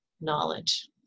knowledge